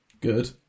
good